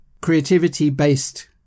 creativity-based